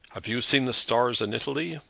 have you seen the stars in italy?